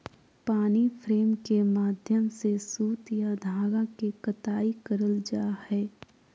पानी फ्रेम के माध्यम से सूत या धागा के कताई करल जा हय